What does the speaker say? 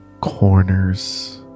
Corners